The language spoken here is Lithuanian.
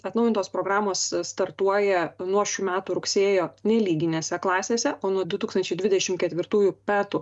atnaujintos programos startuoja nuo šių metų rugsėjo nelyginęse klasėse o nuo du tūkstančiai dvidešim ketvirtųjų metų